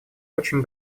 очень